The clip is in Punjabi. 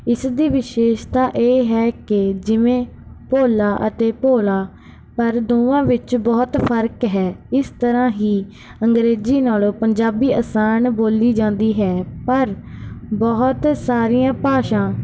ਇਸ ਦੀ ਵਿਸ਼ੇਸ਼ਤਾ ਇਹ ਹੈ ਕਿ ਜਿਵੇਂ ਭੋਲਾ ਅਤੇ ਭੋਲ਼ਾ ਪਰ ਦੋਵਾਂ ਵਿੱਚ ਬਹੁਤ ਫਰਕ ਹੈ ਇਸ ਤਰ੍ਹਾਂ ਹੀ ਅੰਗਰੇਜ਼ੀ ਨਾਲੋਂ ਪੰਜਾਬੀ ਅਸਾਨ ਬੋਲੀ ਜਾਂਦੀ ਹੈ ਪਰ ਬਹੁਤ ਸਾਰੀਆਂ ਭਾਸ਼ਾ